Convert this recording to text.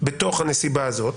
בתוך הנסיבה הזאת.